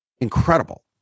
incredible